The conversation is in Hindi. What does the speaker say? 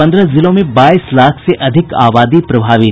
पन्द्रह जिलों में बाईस लाख से अधिक आबादी प्रभावित